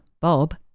Bob